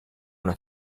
una